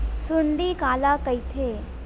सुंडी काला कइथे?